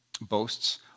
boasts